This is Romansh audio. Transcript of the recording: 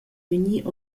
vegnir